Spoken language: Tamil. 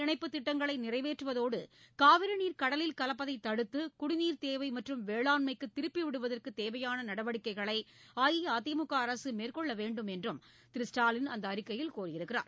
இணைப்புத் திட்டங்களைநிறைவேற்றுவதுகாவிரிநீர் கடலில் கலப்பதைதடுத்துகுடிநீர் நதிநீர் தேவைமற்றும் வேளாண்மைக்குதிருப்பிவிடுவதற்குதேவையானநடவடிக்கைகளைஅஇஅதிமுகஅரசுமேற்கொள்ளவேண்டும் என்றுதிரு ஸ்டாலின் அந்தஅறிக்கையில் கோரியுள்ளார்